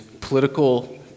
political